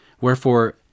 Wherefore